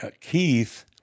Keith